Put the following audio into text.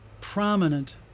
prominent